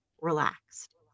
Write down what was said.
relaxed